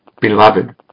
Beloved